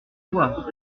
voir